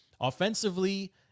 Offensively